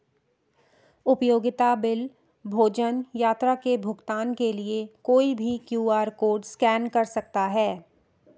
उपयोगिता बिल, भोजन, यात्रा के भुगतान के लिए कोई भी क्यू.आर कोड स्कैन कर सकता है